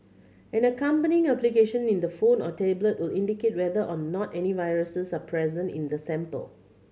an accompanying application in the phone or tablet will indicate whether or not any viruses are present in the sample